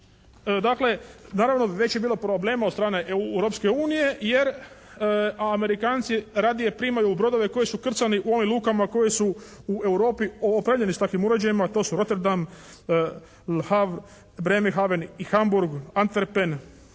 Dakle, naravno, već je bilo problema od strane Europske unije jer Amerikanci radije primaju brodove koji su krcani u ovim lukama koje su u Europi opremljene s takvim uređajima. To su Rotterdam, Hav, Bremenhaven i Hamburg, Antverpen,